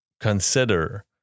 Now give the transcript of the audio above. consider